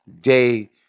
day